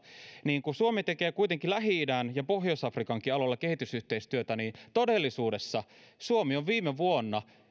niin kun suomi tekee kuitenkin lähi idän ja pohjois afrikankin alueella kehitysyhteistyötä niin todellisuudessa suomi on viime vuonna